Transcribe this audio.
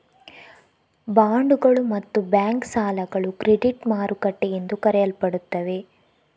ಬಾಂಡುಗಳು ಮತ್ತು ಬ್ಯಾಂಕ್ ಸಾಲಗಳು ಕ್ರೆಡಿಟ್ ಮಾರುಕಟ್ಟೆ ಎಂದು ಕರೆಯಲ್ಪಡುತ್ತವೆ